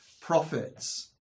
prophets